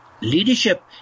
leadership